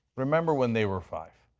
remember when they were five.